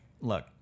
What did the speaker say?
look